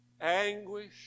anguish